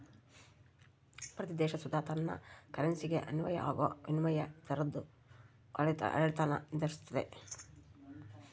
ಪ್ರತೀ ದೇಶ ಸುತ ತನ್ ಕರೆನ್ಸಿಗೆ ಅನ್ವಯ ಆಗೋ ವಿನಿಮಯ ದರುದ್ ಆಡಳಿತಾನ ನಿರ್ಧರಿಸ್ತತೆ